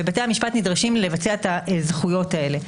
ובתי המשפט נדרשים לבצע את הזכויות האלה.